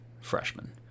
freshman